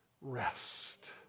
rest